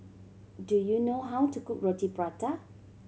do you know how to cook Roti Prata